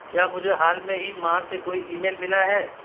क्या मुझे हाल में ही माँ से कोई ईमेल मिला है